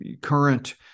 current